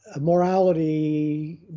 morality